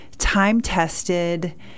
time-tested